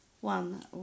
One